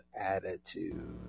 attitude